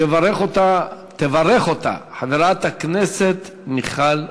תברך אותה חברת הכנסת מיכל רוזין.